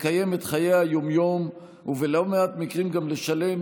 לקיים את חיי היום-יום ובלא מעט מקרים גם לשלם